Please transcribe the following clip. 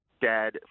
dad